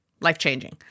life-changing